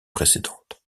précédente